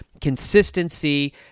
consistency